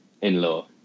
In-law